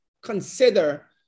consider